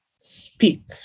speak